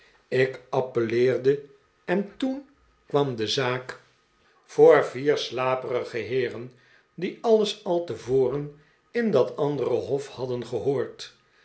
ik appelleerde en toen kwam de zaak voor vier slaperige heeren die alles al tevoren in dat andere hof hadden gehoord